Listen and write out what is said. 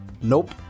Nope